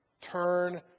Turn